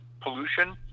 pollution